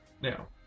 now